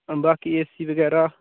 बाकी A C बगैरा